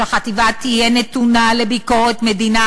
שהחטיבה תהיה נתונה לביקורת מדינה,